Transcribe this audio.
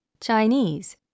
Chinese